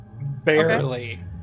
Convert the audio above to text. barely